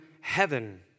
heaven